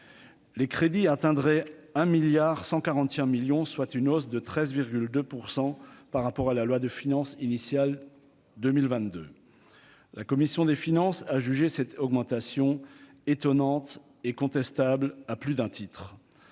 Les crédits atteindraient 1 milliard 145 millions, soit une hausse de 13,2 % par rapport à la loi de finances initiale 2022, la commission des finances, a jugé cette augmentation étonnante et contestable à plus d'un titre,